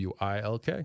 WILK